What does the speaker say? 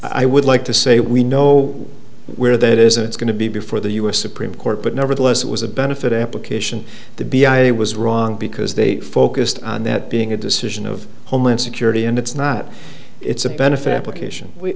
i would like to say we know where that is it's going to be before the u s supreme court but nevertheless it was a benefit application to be i was wrong because they focused on that being a decision of homeland security and it's not it's a benef